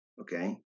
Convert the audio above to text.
Okay